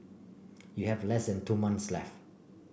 you have less than two months left